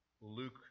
Luke